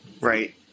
Right